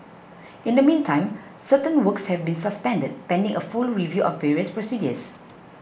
in the meantime certain works have been suspended pending a full review of various procedures